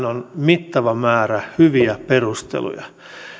on mittava määrä hyviä perusteluja